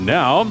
now